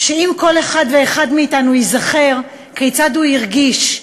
שאם כל אחד ואחד מאתנו ייזכר כיצד הוא הרגיש,